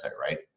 Right